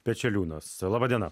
pečeliūnas laba diena